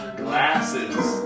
glasses